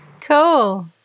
cool